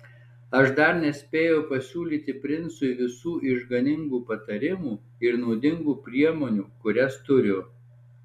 aš dar nespėjau pasiūlyti princui visų išganingų patarimų ir naudingų priemonių kurias turiu